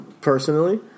personally